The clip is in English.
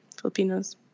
Filipinos